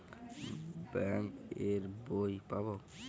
Bank এর বই পাবো?